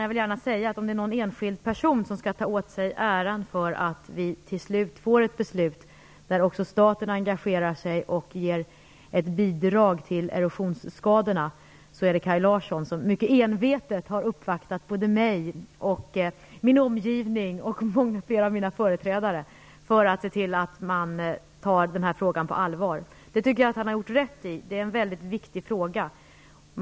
Jag vill gärna säga att om det är någon enskild person som skall ta åt sig äran för att vi till slut får ett beslut där också staten engagerar sig och ger ett bidrag till erosionsskadorna är det Kaj Larsson som mycket envetet har uppvaktat mig, min omgivning och flera av mina företrädare för att se till att den här frågan tas på allvar. Jag tycker att han har gjort rätt i det. Det är en mycket viktig fråga.